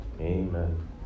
Amen